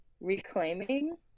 reclaiming